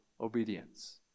obedience